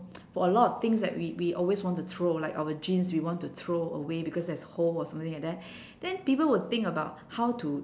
for a lot of things that we we always want to throw like our jeans we want to throw away because there's hole or something like that then people will think about how to